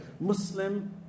Muslim